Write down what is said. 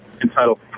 entitled